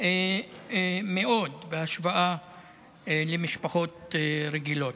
מאוד בהשוואה למשפחות רגילות.